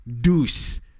deuce